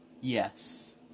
Yes